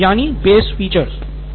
सिद्धार्थ मटूरी यानि base feature